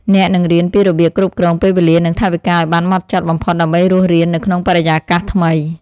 អ្នកនឹងរៀនពីរបៀបគ្រប់គ្រងពេលវេលានិងថវិកាឱ្យបានហ្មត់ចត់បំផុតដើម្បីរស់រាននៅក្នុងបរិយាកាសថ្មី។